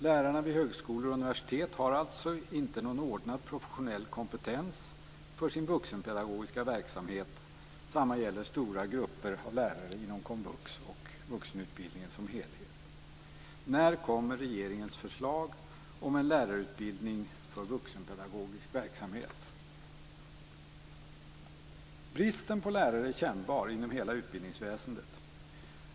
Lärarna vid högskolor och universitet har alltså inte någon ordnad professionell kompetens för sin vuxenpedagogiska verksamhet. Detsamma gäller stora grupper av lärare inom komvux och vuxenutbildningen som helhet. När kommer regeringens förslag om en lärarutbildning för vuxenpedagogisk verksamhet? Bristen på lärare är kännbar inom hela utbildningsväsendet.